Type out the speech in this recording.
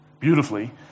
beautifully